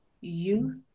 youth